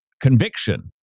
Conviction